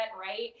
right